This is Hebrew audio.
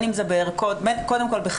קודם כל,